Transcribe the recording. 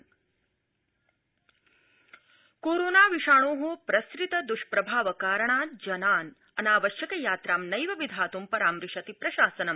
Rajya Sabha corona विषाणो प्रसृत दृष्प्रभाव कारणात् जनान् अनावश्यक यात्रां नैव विधात्ं परामूशति प्रशासनम्